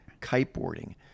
kiteboarding